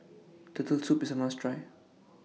Turtle Soup IS A must Try